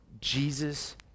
Jesus